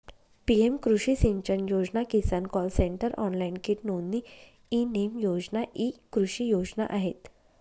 PM कृषी सिंचन योजना, किसान कॉल सेंटर, ऑनलाइन कीट नोंदणी, ई नेम योजना इ कृषी योजना आहेत